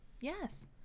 Yes